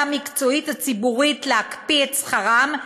המקצועית הציבורית להקפיא את שכרם,